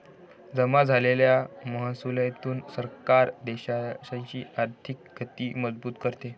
जमा झालेल्या महसुलातून सरकार देशाची आर्थिक गती मजबूत करते